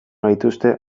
gaituzte